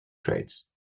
traits